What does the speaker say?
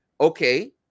okay